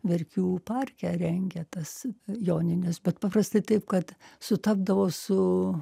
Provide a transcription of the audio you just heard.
verkių parke rengia tas jonines bet paprastai taip kad sutapdavo su